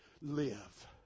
Live